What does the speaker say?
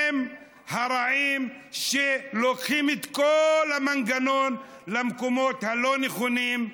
הם הרעים שלוקחים את כל המנגנון למקומות הלא-נכונים,